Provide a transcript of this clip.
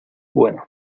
bueno